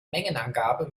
mengenangabe